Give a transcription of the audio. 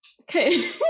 Okay